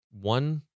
One